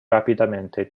rapidamente